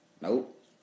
Nope